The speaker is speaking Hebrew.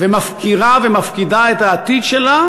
כל כלכלות העולם נמצאות במשבר,